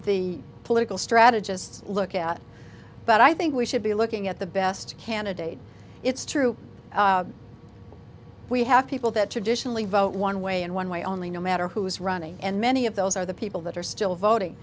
the political strategists look at but i think we should be looking at the best candidate it's true we have people that traditionally vote one way and one way only no matter who is running and many of those are the people that are still voting